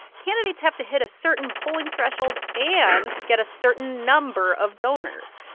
candidates have to hit a certain polling threshold and get a certain number of donors.